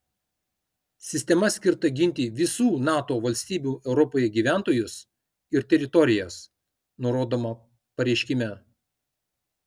sistema skirta ginti visų nato valstybių europoje gyventojus ir teritorijas nurodoma pareiškime